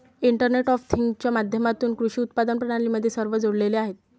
internet of थिंग्जच्या माध्यमातून कृषी उत्पादन प्रणाली मध्ये सर्व जोडलेले आहेत